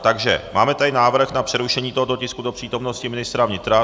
Takže máme tady návrh na přerušení tohoto tisku do přítomnosti ministra vnitra.